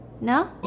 No